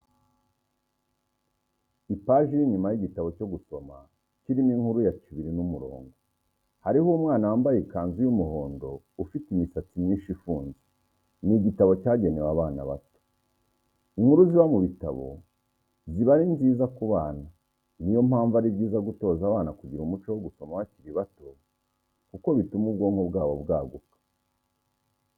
Ipaji y'inyuma y'igitabo cyo gusoma kirimo inkuru ya Cibiri n'umurongo, hariho umwana wambaye ikanzu y'umuhondo ufite imisatsi myinshi ifunze, ni igitabo cyagenewe abana bato. Inkuru ziba mu bitabo ziba ari nziza ku bana niyo mpamvu ari byiza gutoza abana kugira umuco wo gusoma bakiri bato kuko bituma ubwonko bwabo bwaguka